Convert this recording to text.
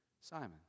Simon